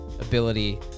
ability